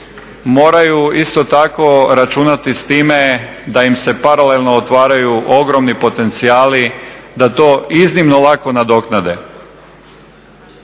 moraju isto tako računati s time da im se paralelno otvaraju ogromni potencijali da to iznimno lako nadoknade.